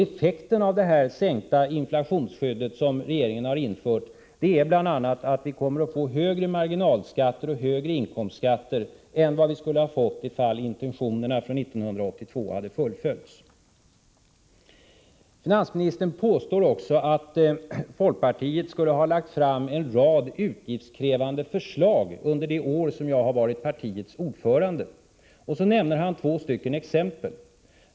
Effekten av att regeringen införde det sänkta inflationsskyddet är bl.a. att vi kommer att få högre marginalskatter och högre inkomstskatter än vi skulle ha fått ifall intentionerna från 1982 hade fullföljts. Finansministern påstår också att folkpartiet skulle ha lagt fram en rad utgiftskrävande förslag under det år som jag har varit partiets ordförande, och han nämner två exempel.